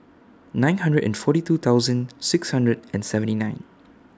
nine hundred and forty two thousand six hundred and seventy nine